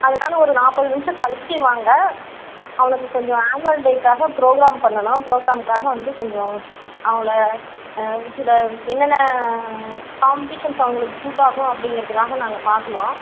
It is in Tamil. அதனால் ஒரு நாற்பது நிமிஷம் கழிச்சு வாங்க அவனுக்கு கொஞ்சம் ஆன்வல் டேக்காக ப்ரோக்ராம் பண்ணணும் ப்ரோக்ராம்காக வந்து கொஞ்சம் அவங்கள சில என்னென்ன காம்படிஷன்ஸ் அவங்களுக்கு சூட் ஆகும் அப்படிங்கறத்துக்காக நாங்கள் பார்க்கணும்